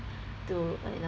to you know